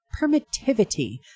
permittivity